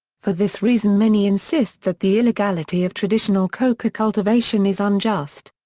for this reason many insist that the illegality of traditional coca cultivation is unjust.